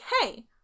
hey